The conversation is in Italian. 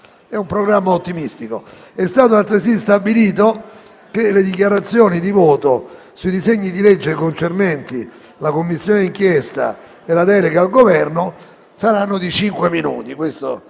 È un programma ottimistico. È stato altresì stabilito che le dichiarazioni di voto sui disegni di legge concernenti la Commissione d'inchiesta e la delega al Governo saranno di cinque minuti.